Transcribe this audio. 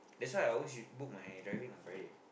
that's why I always book my driving on Friday